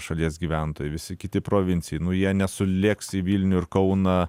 šalies gyventojų visi kiti provincijoj nu jie nesulėks į vilnių ir kauną